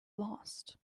last